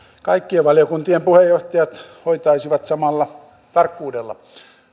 kaikkien valiokuntien puheenjohtajat hoitaisivat tehtävänsä samalla tarkkuudella